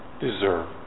deserve